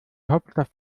hauptstadt